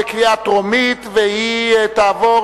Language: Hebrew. התש"ע 2010,